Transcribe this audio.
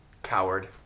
Coward